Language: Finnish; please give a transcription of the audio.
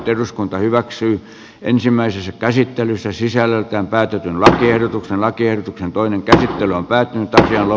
eduskunta hyväksyi ensimmäisessä käsittelyssä sisällöltään pääty tähän ehdotukseen lakiehdotuksen toinen käsittely on päättynyt tasan kello